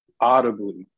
audibly